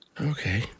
Okay